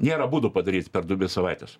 nėra būdų padaryt per dvi savaites